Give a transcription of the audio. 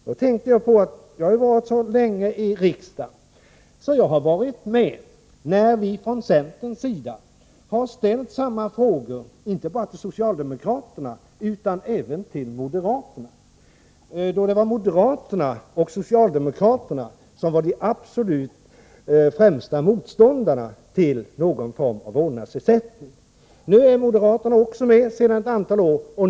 Då tänkte jag på att jag har suttit så länge i riksdagen att jag har varit med när vi från centerns sida har ställt samma frågor inte bara till socialdemokraterna utan även till moderaterna, då moderaterna och socialdemokraterna var de absolut främsta motståndarna till någon form av vårdnadsersättning. Sedan ett antal år är moderaterna med på vårdnadsersättningen.